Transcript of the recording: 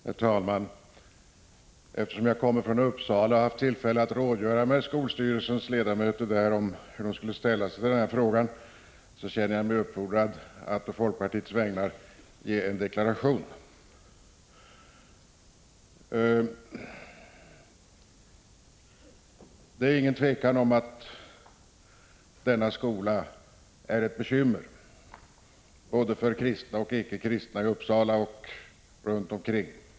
Herr talman! Eftersom jag kommer från Uppsala och har haft tillfälle att rådgöra med skolstyrelsens ledamöter om hur man skall ställa sig till frågan, känner jag mig uppfordrad att på folkpartiets vägnar ge en deklaration. Det är inget tvivel om att denna skola är ett bekymmer för både kristna och icke kristna i Uppsala och runt omkring.